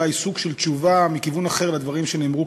אולי סוג של תשובה מכיוון אחר לדברים שנאמרו